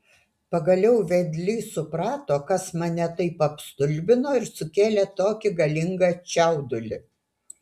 pagaliau vedlys suprato kas mane taip apstulbino ir sukėlė tokį galingą čiaudulį